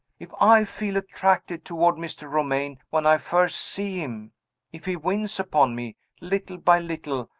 if i feel attracted toward mr. romayne when i first see him if he wins upon me, little by little,